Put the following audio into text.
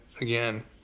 again